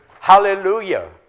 Hallelujah